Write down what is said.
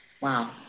wow